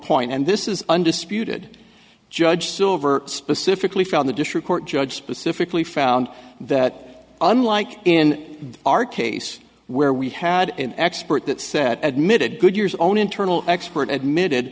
point and this is undisputed judge silver specifically found the district court judge specifically found that unlike in our case where we had an expert that set admitted goodyear's own internal expert a